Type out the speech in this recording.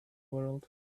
world